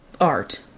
art